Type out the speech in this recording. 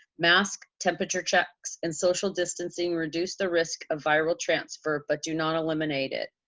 mask, temperature checks, and social distancing reduce the risk of viral transfer but do not eliminate it.